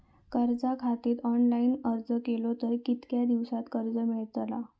कर्जा खातीत ऑनलाईन अर्ज केलो तर कितक्या दिवसात कर्ज मेलतला?